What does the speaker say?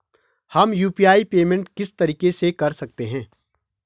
हम UPI payment किस तरीके से कर सकते हैं?